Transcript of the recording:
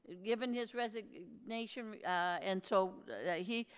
and given his resignation and so he,